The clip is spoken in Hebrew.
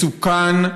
מסוכן,